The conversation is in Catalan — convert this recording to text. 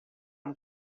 amb